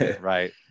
right